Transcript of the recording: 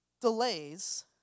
delays